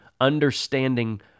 understanding